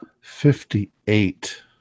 Fifty-eight